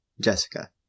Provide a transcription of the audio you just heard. Jessica